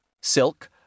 silk